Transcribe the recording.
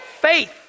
Faith